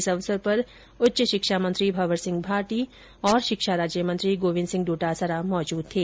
इस अवसर पर उच्च शिक्षा मंत्री भंवर सिंह भाटी और शिक्षा राज्यमंत्री गोविन्द सिंह डोटासेरा मौजूद थे